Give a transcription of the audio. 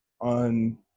on